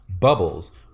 bubbles